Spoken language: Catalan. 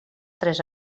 tres